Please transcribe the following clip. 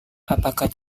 apakah